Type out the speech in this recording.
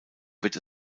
wird